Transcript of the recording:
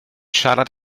siarad